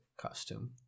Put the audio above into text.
costume